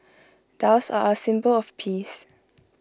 doves are A symbol of peace